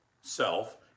self